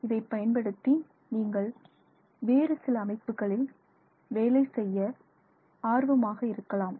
இதை பயன்படுத்தி நீங்கள் வேறு சில அமைப்புகளில் வேலை செய்ய ஆர்வமாக இருக்கலாம்